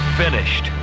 finished